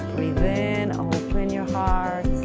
breathe in open your heart,